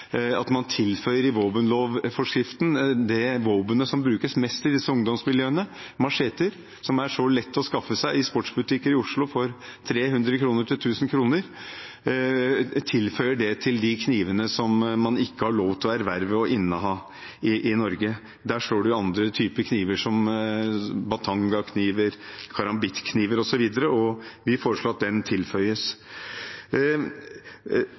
at man tilføyer i våpenlovforskriften det våpenet som brukes mest i disse ungdomsmiljøene, machete, som er så lett å skaffe seg i sportsbutikker i Oslo for 300–1 000 kr. ; at man føyer det til de knivene som man ikke har lov til å erverve og inneha i Norge. Der står det jo andre typer kniver, som batangakniver, karambitkniver osv., og vi foreslår at machete tilføyes.